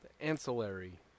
ancillary